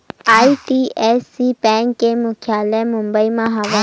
IDFC bank के मुख्यालय मुबई म हवय